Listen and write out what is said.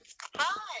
hi